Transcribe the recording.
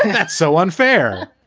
that's so unfair.